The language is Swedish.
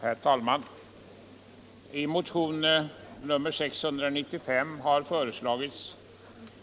Herr talman! I motionen 695 har föreslagits